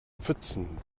pfützen